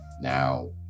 now